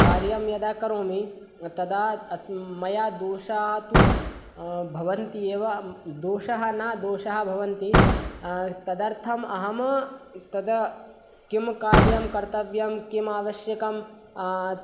कार्यं यदा करोमि तदा अस्म् मया दोषाः तु भवन्ति एव अं दोषः ना दोषाः भवन्ति तदर्थम् अहं तद् किं कार्यं कर्त्तव्यं किम् आवश्यकम्